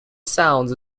sounds